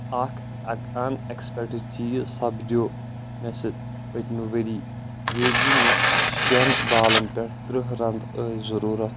اکھ unexpected چیٖز سپدیو مےٚ سۭتۍ پٔتمہِ ؤری ییٚلہِ مےٚ شیٚن بالن پٮ۪ٹھ ترٕٛہ رن ٲسۍ ضروٗرت